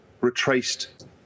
retraced